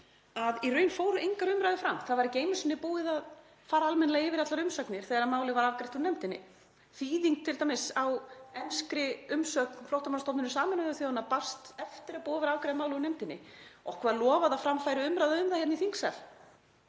að í raun fóru engar umræður fram. Það var ekki einu sinni búið að fara almennilega yfir allar umsagnir þegar málið var afgreitt úr nefndinni. Þýðing á t.d. enskri umsögn Flóttamannastofnunar Sameinuðu þjóðanna barst eftir að búið var að afgreiða málið úr nefndinni. Okkur var lofað að fram færi umræða um það hér í þingsal.